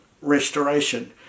restoration